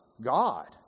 God